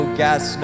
gas